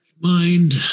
Mind